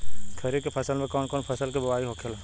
खरीफ की फसल में कौन कौन फसल के बोवाई होखेला?